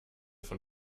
von